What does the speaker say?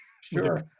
Sure